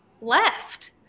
left